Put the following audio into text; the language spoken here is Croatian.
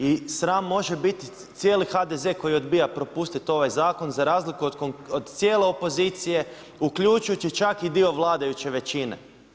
I sram može biti cijeli HDZ koji odbija propustiti ovaj zakon za razliku od cijele opozicije uključujući čak i dio vladajuće većine.